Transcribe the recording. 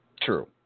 True